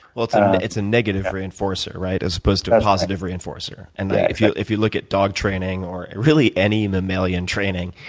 well, it's um it's a negative reinforcer, right, as opposed to positive reinforcer. and if you if you look at dog training, or really any mammalian training,